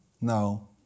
No